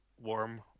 warm